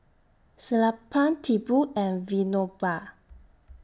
Sellapan Tipu and Vinoba